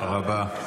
תודה רבה.